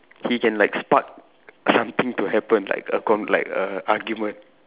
he can like spark something to happen like a con like a argument